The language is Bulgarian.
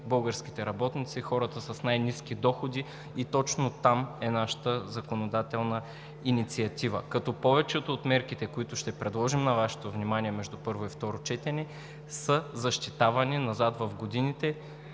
българските работници, хората с най-ниски доходи. Точно там е нашата законодателна инициатива, като повечето от мерките, които ще предложим на Вашето внимание между първо и второ четене, са защитавани назад в годините,